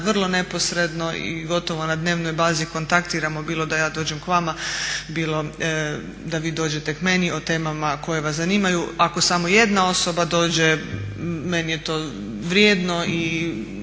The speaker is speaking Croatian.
vrlo neposredno i gotovo na dnevnoj bazi kontaktiramo bilo da ja dođem k vama, bilo da vi dođete k meni o temama koje vas zanimaju. Ako samo jedna osoba dođe meni je to vrijedno i